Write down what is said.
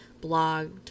blogged